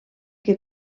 què